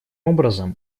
образом